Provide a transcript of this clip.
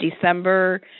December